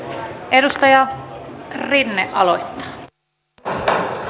edustaja rinne aloittaa arvoisa